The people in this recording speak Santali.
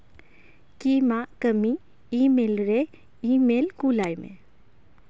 ᱠᱤ ᱢᱟᱜᱽ ᱠᱟᱹᱢᱤ ᱤᱼᱢᱮᱞ ᱨᱮ ᱤᱼᱢᱮᱞ ᱠᱩᱞ ᱟᱭ ᱢᱮ